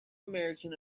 american